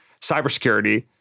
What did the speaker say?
cybersecurity